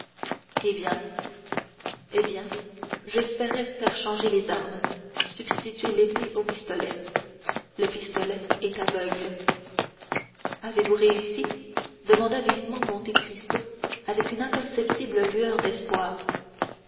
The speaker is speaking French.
eh bien eh bien j'espérais faire changer les armes substituer l'épée au pistolet le pistolet est aveugle avez-vous réussi demanda vivement monte cristo avec une imperceptible lueur d'espoir